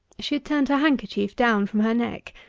she had turned her handkerchief down from her neck,